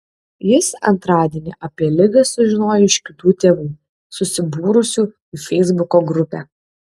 jis antradienį apie ligą sužinojo iš kitų tėvų susibūrusių į feisbuko grupę